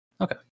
Okay